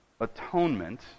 atonement